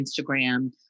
Instagram